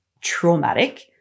traumatic